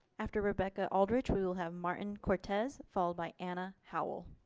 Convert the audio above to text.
after rebecca aldrich we will have martin cortez followed by anna howell.